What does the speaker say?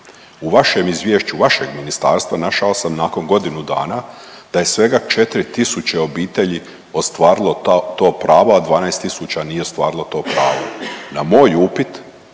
U vašem izvješću vašeg ministarstva našao sam nakon godinu dana da je svega 4 tisuće obitelji ostvarilo to pravo, a 12 tisuća nije ostvarilo to pravo. Na moj upit